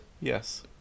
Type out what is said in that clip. yes